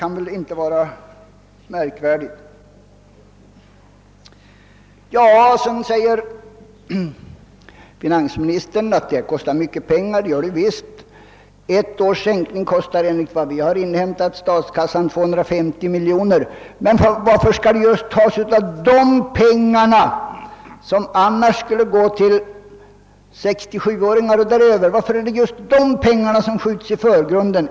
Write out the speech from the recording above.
Finansministern säger att ett genomförande av detta förslag kostar mycket pengar, och visst blir det fallet. Enligt vad vi har inhämtat kostar en sänkning av pensionsåldern med ett år 250 miljoner kronor för statskassan. Men varför skjuts i förgrunden just de pengar som annars skulle gå till dem som är 67 år och därutöver? Är det därför att det är ett så känsligt kapitel?